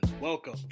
welcome